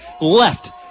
left